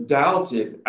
doubted